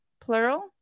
plural